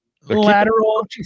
Lateral